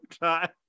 time